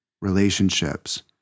relationships